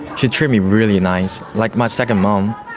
she treat me really nice, like my second mum.